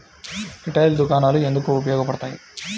Retail దుకాణాలు ఎందుకు ఉపయోగ పడతాయి?